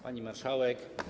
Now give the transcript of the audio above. Pani Marszałek!